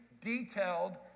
detailed